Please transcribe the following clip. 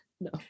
No